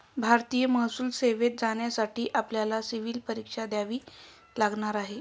भारतीय महसूल सेवेत जाण्यासाठी आपल्याला सिव्हील परीक्षा द्यावी लागणार आहे